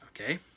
okay